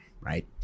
Right